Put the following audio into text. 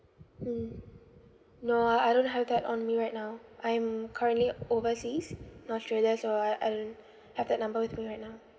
mm no uh I don't have that on me right now I'm currently overseas in australia so I I don't have that number with me right now